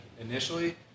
initially